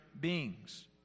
beings